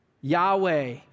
Yahweh